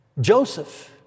Joseph